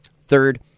Third